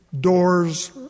doors